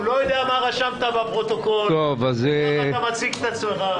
הוא לא יודע איך אתה מציג את עצמך.